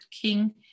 King